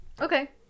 Okay